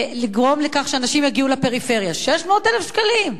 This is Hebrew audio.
לגרום לכך שאנשים יגיעו לפריפריה, 600,000 שקלים.